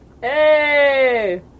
Hey